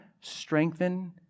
strengthen